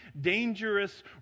dangerous